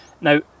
Now